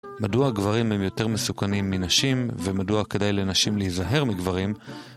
מדוע גברים הם יותר מסוכנים מנשים, ומדוע כדאי לנשים להיזהר מגברים?